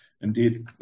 indeed